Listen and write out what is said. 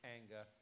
anger